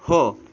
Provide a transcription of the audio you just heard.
हो